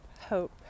hope